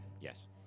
Yes